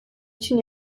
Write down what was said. için